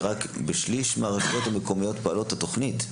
כי רק בשליש מהרשויות המקומיות פועלת התוכנית,